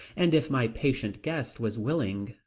and if my patient guest was willing,